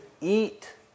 eat